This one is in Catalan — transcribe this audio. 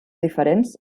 diferents